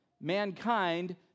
mankind